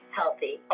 healthy